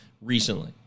recently